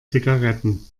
zigaretten